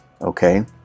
okay